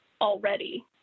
already